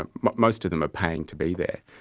ah most of them are paying to be there.